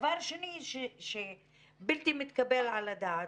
דבר שני שבלתי מתקבל על הדעת,